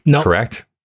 correct